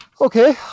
Okay